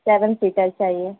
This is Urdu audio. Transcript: سیون سیٹر چاہیے